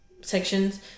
sections